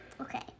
Okay